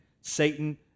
Satan